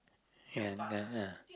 ya ya yea